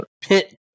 pit